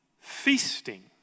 feasting